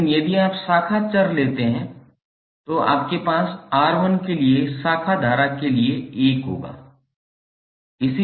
लेकिन यदि आप शाखा चर लेते हैं तो आपके पास R1 के लिए शाखा धारा के लिए 1 होगा